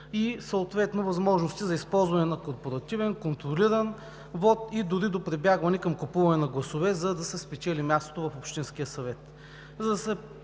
и съответно възможности за използване на корпоративен контролиран вот и дори до прибягване към купуване на гласове, за да се спечели мястото в общинския съвет.